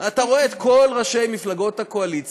אתה רואה את כל ראשי מפלגות הקואליציה